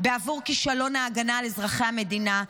בעבור כישלון ההגנה על אזרחי המדינה.